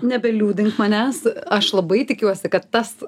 nebeliūdink manęs aš labai tikiuosi kad tas